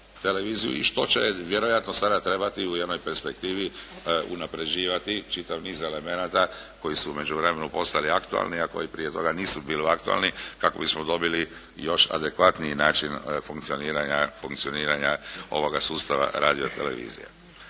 i što će vjerojatno sada trebati u jednoj perspektivi unapređivati čitav niz elemenata koji su u međuvremenu postali aktualni, a koji prije toga nisu bili aktualni kako bismo dobili još adekvatniji način funkcioniranja ovoga sustava radio-televizije.